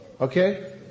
okay